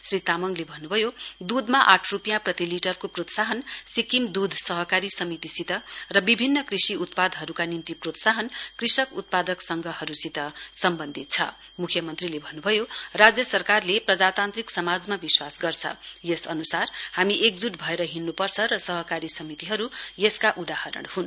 श्री तामङले भन्नुभयो दूधमा आठ रूपियाँ प्रति लिटरको प्रोत्साहन सिक्किम दूध सहकारी समितिसित र विभिन्न कृषि उत्पादहरूका निम्ति प्रोत्साहन कृषक उत्पादक संघहरूसित सम्वन्धित छ म्ख्यमन्त्रीले भन्नुभयो राज्य सरकारले प्रजातान्त्रिक समाजमा विश्वास गर्छ यस अनुसार हामी एकजूट भएर हिइन्पर्छ र सहकारी समितिहरू यसका उदाहरण हन्